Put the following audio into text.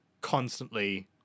constantly